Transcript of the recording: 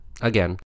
again